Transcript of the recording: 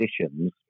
conditions